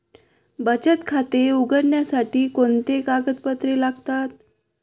बचत खाते उघडण्यासाठी कोणती कागदपत्रे लागतात?